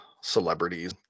celebrities